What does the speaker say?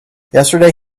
yesterday